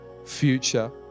future